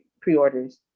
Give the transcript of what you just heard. pre-orders